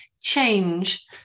change